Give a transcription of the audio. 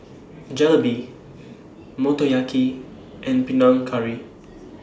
Jalebi Motoyaki and Panang Curry